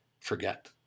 forget